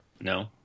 No